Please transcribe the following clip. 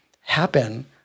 happen